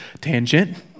Tangent